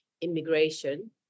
immigration